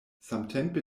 samtempe